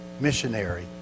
missionary